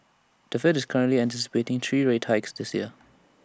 the fed is currently anticipating three rate hikes this year